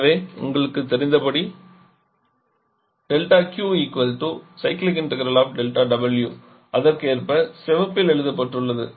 எனவே உங்களுக்கு தெரிந்தப் படி அதற்கேற்ப சிவப்பில் எழுதப்பட்டுள்ளது